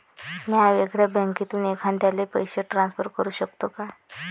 म्या वेगळ्या बँकेतून एखाद्याला पैसे ट्रान्सफर करू शकतो का?